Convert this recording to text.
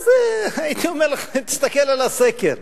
כי אז הייתי אומר לך, תסתכל על הסקר.